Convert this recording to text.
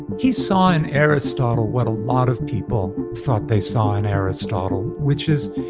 he saw in aristotle what a lot of people thought they saw in aristotle, which is,